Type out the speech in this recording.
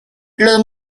los